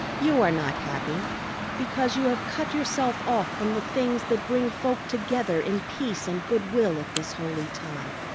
you are not happy because you have cut yourself off from the things that bring folk together in peace and good-will at this holy time.